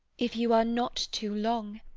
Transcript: if you are not too long,